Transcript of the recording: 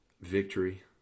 victory